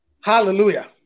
hallelujah